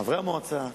חברי המועצה,